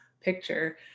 picture